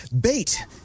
bait